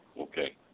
okay